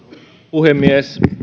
puhemies